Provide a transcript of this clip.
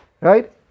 right